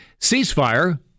Ceasefire